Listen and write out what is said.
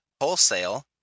wholesale